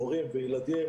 הורים וילדים,